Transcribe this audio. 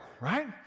right